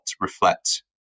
reflect